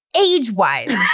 age-wise